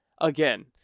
again